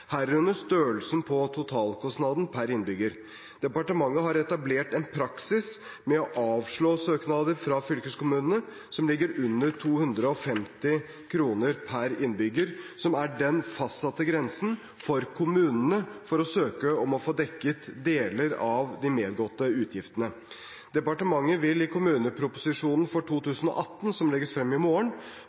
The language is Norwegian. herunder størrelsen på totalkostnaden per innbygger. Departementet har etablert en praksis med å avslå søknader fra fylkeskommunene som ligger under 250 kr per innbygger, som er den fastsatte grensen for kommunene for å søke om å få dekket deler av de medgåtte utgiftene. Departementet vil i kommuneproposisjonen for 2018, som legges frem i morgen,